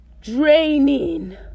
draining